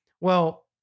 Well-